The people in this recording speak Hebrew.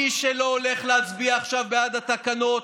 מי שלא הולך להצביע עכשיו בעד התקנות,